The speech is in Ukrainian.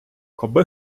коби